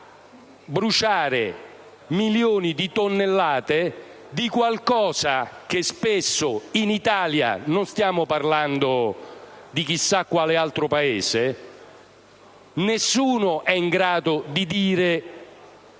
di portare a bruciare milioni di tonnellate di qualcosa di cui spesso in Italia (non stiamo parlando di chissà quale altro Paese) nessuno è in grado di dire la